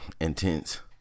intense